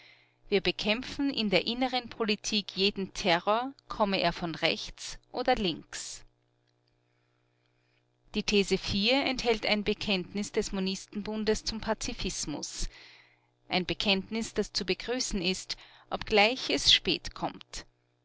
wir bekämpfen in der inneren politik jeden terror komme er von rechts oder links die these enthält ein bekenntnis des monistenbundes zum pazifismus ein bekenntnis das zu begrüßen ist obgleich es spät kommt